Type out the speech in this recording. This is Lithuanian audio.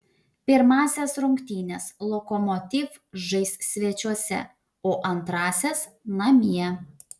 pirmąsias rungtynes lokomotiv žais svečiuose o antrąsias namie